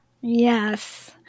Yes